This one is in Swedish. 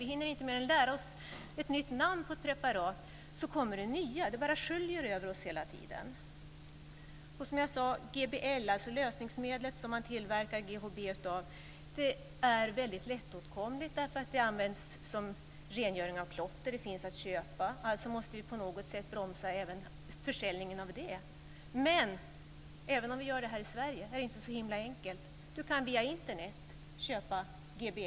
Vi hinner inte mer än lära oss ett nytt namn på ett preparat innan det kommer nya. Det bara sköljer över oss hela tiden. GBL, som är det lösningsmedel man tillverkar GHB av, är väldigt lättåtkomligt. Det används för rengöring av klotter och finns att köpa. Alltså måste vi på något sätt bromsa även försäljningen av det. Men även om vi gör det här i Sverige är det inte så himla enkelt. Du kan via Internet köpa GBL.